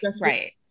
right